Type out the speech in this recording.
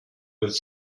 with